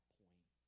point